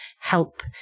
help